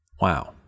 Wow